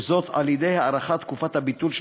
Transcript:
וזאת על-ידי הארכת תקופת הביטול של